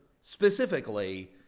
specifically